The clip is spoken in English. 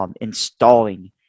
installing